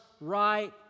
right